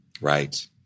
Right